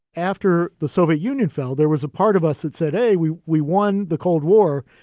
after the soviet union fell, there was a part of us that said, hey, we we won the cold war.